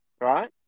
right